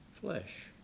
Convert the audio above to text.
flesh